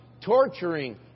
Torturing